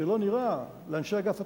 כשלא נראה לאנשי אגף התקציבים,